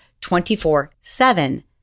24-7